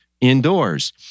indoors